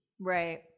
right